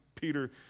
Peter